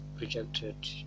rejected